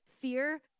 fear